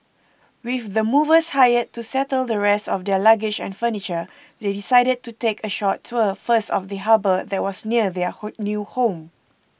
with the movers hired to settle the rest of their luggage and furniture they decided to take a short tour first of the harbour that was near their whole new home